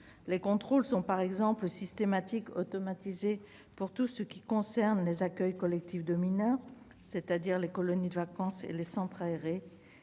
les contrôles sont par exemple systématiques et automatisés pour tout ce qui concerne les accueils collectifs de mineurs- c'est-à-dire les colonies de vacances et les centres aérés